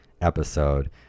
episode